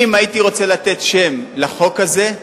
אם הייתי רוצה לתת שם לחוק הזה,